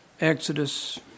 Exodus